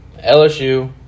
LSU